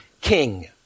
king